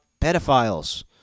pedophiles